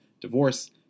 divorce